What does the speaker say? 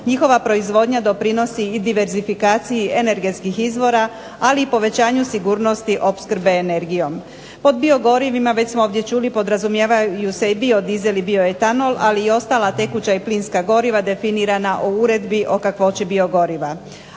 njihova proizvodnja doprinosi i diversifikaciji energetskih izvora, ali i povećanju sigurnosti opskrbe energijom. Pod biogorivima, već smo ovdje čuli, podrazumijevaju se i biodizel i bioetanol, ali i ostala tekuća i plinska goriva definirana u Uredbi o kakvoći biogoriva.